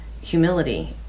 humility